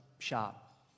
shop